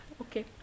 Okay